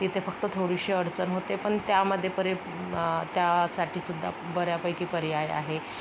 तिथे फक्त थोडीशी अडचण होते पण त्यामध्ये परी त्यासाठी सुद्धा बऱ्यापैकी पर्याय आहे